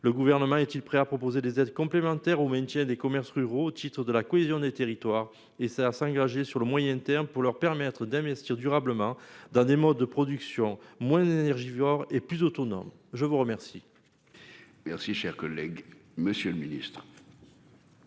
le gouvernement est-il prêt à proposer des aides complémentaires au maintien des commerces ruraux au titre de la cohésion des territoires et ça à s'engager sur le moyen terme pour leur permettre d'investir durablement dans des modes de production moins énergivores et plus autonome. Je vous remercie.-- Merci, cher collègue, Monsieur le Ministre.--